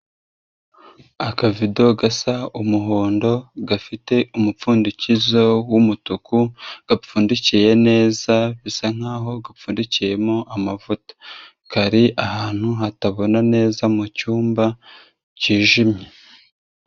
Akavido gasa umuhondo, gafite umupfundikizo w'umutuku, gapfundikiye neza, bisa nk'aho gapfundikiyemo amavuta, kari ahantu hatabona neza mu cyumba cy'ijimye.